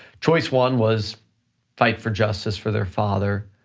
choice one was fight for justice for their father,